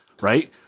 right